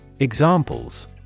Examples